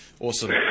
Awesome